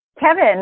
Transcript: Kevin